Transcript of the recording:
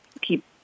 keep